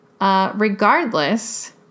Regardless